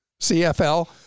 CFL